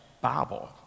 Bible